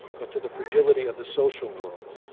but to the fragility of the social world.